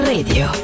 Radio